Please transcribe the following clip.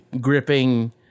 gripping